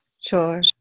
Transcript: Sure